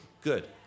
good